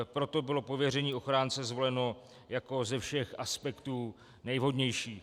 Proto bylo pověření ochránce zvoleno jako ze všech aspektů nejvhodnější.